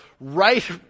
right